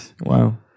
Wow